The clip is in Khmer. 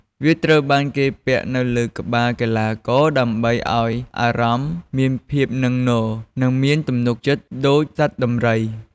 វាត្រូវបានគេពាក់នៅលើក្បាលកីឡាករដើម្បីឱ្យអារម្មណ៍មានភាពនឹងនរ និងមានទំនុកចិត្តដូចសត្វដំរី។